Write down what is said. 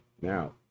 now